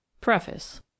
Preface